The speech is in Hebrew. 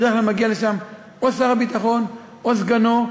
ובדרך כלל מגיע לשם שר הביטחון או סגנו,